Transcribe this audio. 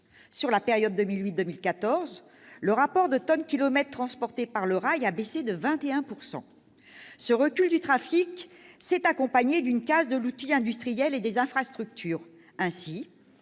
Sur la période 2008-2014, le rapport tonnes-kilomètres transportées par le rail a baissé de 21 %. Ce recul du trafic s'est accompagné d'une casse de l'outil industriel et des infrastructures. Ainsi,